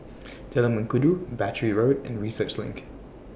Jalan Mengkudu Battery Road and Research LINK